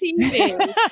TV